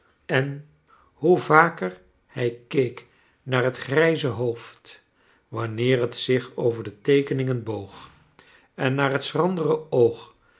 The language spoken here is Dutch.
en hoe vaker hij keek naax het rijze hoofd wanneer het zich over de teekeningen boog en naar het schrandere oog